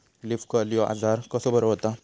Leaf curl ह्यो आजार कसो बरो व्हता?